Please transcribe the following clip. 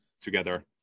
together